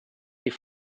die